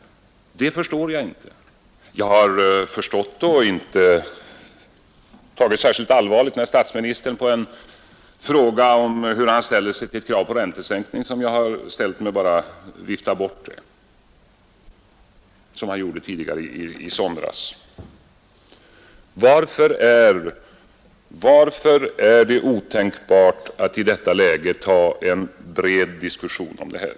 Jag förstod och tog det inte särskilt allvarligt när statsministern på en fråga om hur han ställde sig till mitt förslag om räntesänkning bara viftade bort det, vilket han gjorde tidigare i somras. Varför är det otänkbart att i detta läge ta upp en bred diskussion om dessa saker?